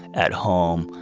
at home,